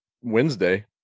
Wednesday